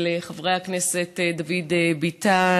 של חברי הכנסת דוד ביטן,